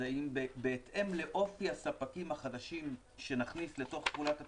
זה האם בהתאם לאופי הספקים החדשים שנכניס לתוך תחולת התקנות,